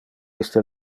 iste